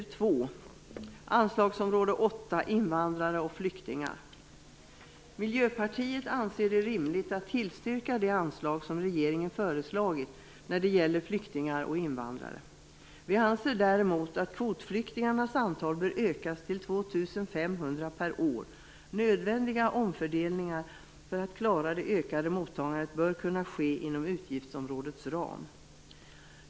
Herr talman! Vi behandlar nu SfU2, utgiftsområde Miljöpartiet anser det rimligt att tillstyrka de anslag som regeringen föreslagit när det gäller flyktingar och invandrare. Vi anser däremot att kvotflyktingarnas antal bör ökas till 2 500 per år. Nödvändiga omfördelningar för att klara det ökade mottagandet bör kunna ske inom utgiftsområdets ram.